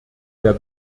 der